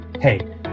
Hey